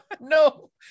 No